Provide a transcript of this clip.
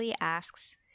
asks